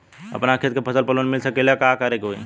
अपना खेत के फसल पर लोन मिल सकीएला का करे के होई?